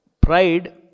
pride